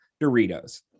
Doritos